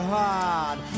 hard